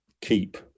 keep